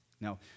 Now